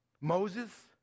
Moses